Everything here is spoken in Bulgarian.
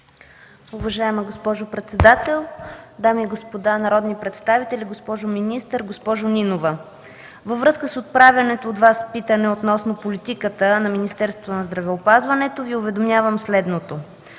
Уважаема госпожо председател, дами и господа народни представители, госпожо министър! Госпожо Нинова, във връзка с отправеното от Вас питане относно политиката на Министерството на здравеопазването Ви уведомявам следното.